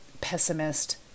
pessimist